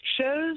shows